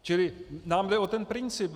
Čili nám jde o ten princip.